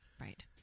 Right